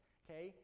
okay